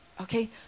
okay